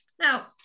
now